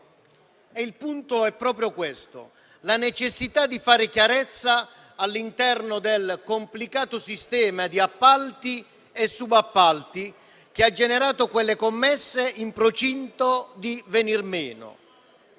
Il punto è proprio questo: la necessità di fare chiarezza all'interno del complicato sistema di appalti e subappalti che ha generato quelle commesse in procinto di venir meno.